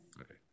Okay